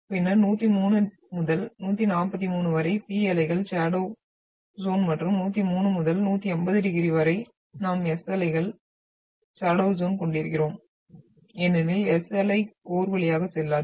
பின்னர் 103 முதல் 143 வரை P அலைகள் ஷடோவ் ஜ்யோன் மற்றும் 103 முதல் 180 டிகிரி வரை நாம் S அலை ஷடோவ் ஜ்யோன் கொண்டிருக்கிறோம் ஏனெனில் S அலை கோர் வழியாக செல்லாது